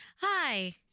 Hi